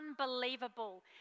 unbelievable